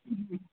ह